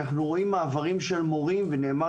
כי אנחנו רואים מעברים של מורים וזה נאמר